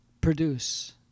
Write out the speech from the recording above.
produce